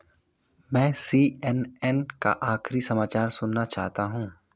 मैं C N N का आखिरी समाचार सुनना चाहता हूँ